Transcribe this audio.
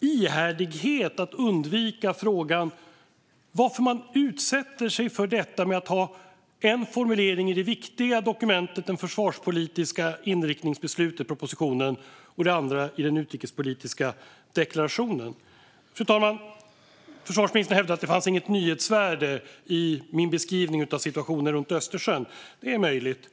ihärdighet i att undvika frågan varför man utsätter sig för att ha en formulering i det viktiga dokumentet, den försvarspolitiska inriktningspropositionen, och en annan i den utrikespolitiska deklarationen. Fru talman! Försvarsministern hävdar att det inte finns något nyhetsvärde i min beskrivning av situationen runt Östersjön. Det är möjligt.